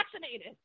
vaccinated